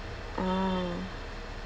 oh